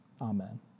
Amen